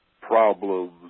problems